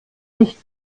nicht